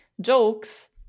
jokes